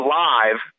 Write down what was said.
live